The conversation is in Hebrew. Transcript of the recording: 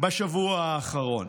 בשבוע האחרון,